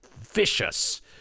vicious